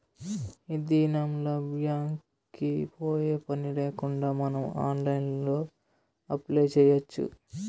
ఈ దినంల్ల బ్యాంక్ కి పోయే పనిలేకుండా మనం ఆన్లైన్లో అప్లై చేయచ్చు